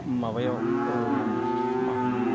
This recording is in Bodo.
माबायाव माहोनो